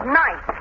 night